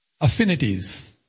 affinities